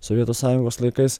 sovietų sąjungos laikais